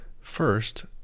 First